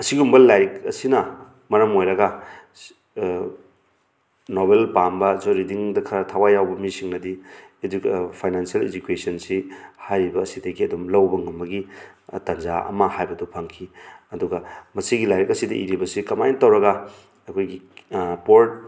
ꯑꯁꯤꯒꯨꯝꯕ ꯂꯥꯏꯔꯤꯛ ꯑꯁꯤꯅ ꯃꯔꯝ ꯑꯣꯏꯔꯒ ꯅꯣꯕꯦꯜ ꯄꯥꯝꯕꯁꯨ ꯔꯤꯗꯤꯡꯗ ꯈꯔ ꯊꯋꯥꯏ ꯋꯥꯎꯕ ꯃꯤꯁꯤꯡꯅꯗꯤ ꯐꯥꯏꯅꯥꯟꯁꯤꯌꯦꯜ ꯏꯖꯨꯀꯦꯁꯟꯁꯤ ꯍꯥꯏꯔꯤꯕ ꯁꯤꯗꯒꯤ ꯑꯗꯨꯝ ꯂꯧꯕ ꯉꯝꯕꯒꯤ ꯇꯟꯖꯥ ꯑꯃ ꯍꯥꯏꯕꯗꯨ ꯐꯪꯈꯤ ꯑꯗꯨꯒ ꯃꯁꯤꯒꯤ ꯂꯥꯏꯔꯤꯛ ꯑꯁꯤꯗ ꯏꯔꯤꯕꯁꯤ ꯀꯃꯥꯏꯅ ꯇꯧꯔꯒ ꯑꯩꯈꯣꯏꯒꯤ ꯄꯣꯔ